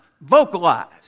vocalized